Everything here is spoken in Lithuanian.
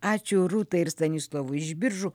ačiū rūtai ir stanislovui iš biržų